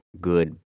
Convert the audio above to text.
good